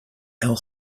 our